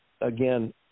again